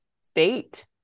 state